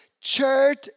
church